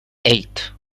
eight